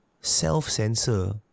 Self-censor